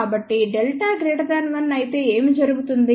కాబట్టి Δ 1 అయితే ఏమి జరుగుతుంది